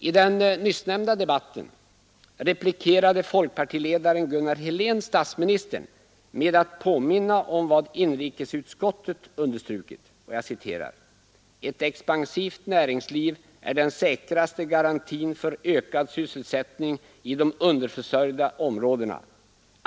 I den nyssnämnda debatten replikerade folkpartiledaren Gunnar Helén statsministern med att påminna om vad inrikesutskottet understrukit: ”Ett expansivt näringsliv är den säkraste garantin för ökad sysselsättning i de underförsörjda områdena.